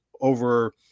over